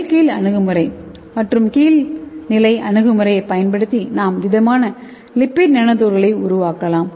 மேல் கீழ் அணுகுமுறை மற்றும் கீழ்நிலை அணுகுமுறையைப் பயன்படுத்தி நாம் திடமான லிப்பிட் நானோ துகள்களை உருவாக்கலாம்